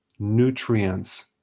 nutrients